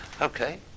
okay